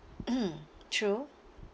mm true